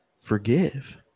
forgive